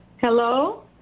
Hello